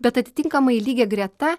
bet atitinkamai lygia greta